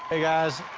hey, guys.